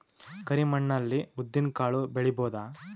ಕರಿ ಮಣ್ಣ ಅಲ್ಲಿ ಉದ್ದಿನ್ ಕಾಳು ಬೆಳಿಬೋದ?